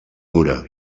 dura